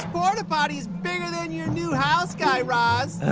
port-a-potty's bigger than your new house, guy raz